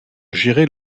gérer